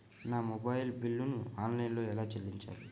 నా మొబైల్ బిల్లును ఆన్లైన్లో ఎలా చెల్లించాలి?